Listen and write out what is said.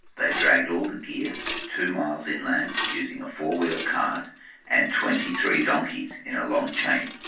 they dragged all the gear two miles inland using a four-wheel cart and twenty three donkeys in a long chain.